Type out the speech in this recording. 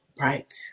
Right